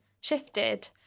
shifted